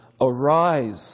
Arise